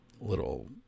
Little